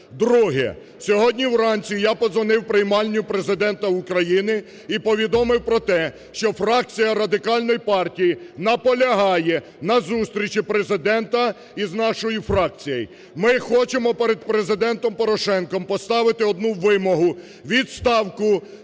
Друге. Сьогодні вранці я подзвонив в приймальню Президента України і повідомив про те, що фракція Радикальної партії наполягає на зустрічі Президента із нашою фракцією. Ми хочемо перед Президентом Порошенком поставити одну вимогу – відставку